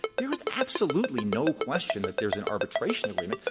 there is absolutely no question that there's an arbitration agreement.